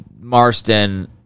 Marston